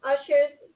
Usher's